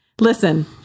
listen